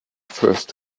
first